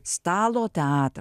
stalo teatra